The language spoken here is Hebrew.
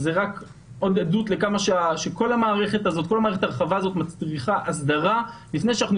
זו עוד עדות לכך שכל המערכת הרחבה הזו מצריכה הסדרה לפני שאנחנו